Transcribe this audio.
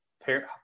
parent